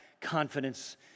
confidence